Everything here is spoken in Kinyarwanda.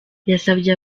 yasabye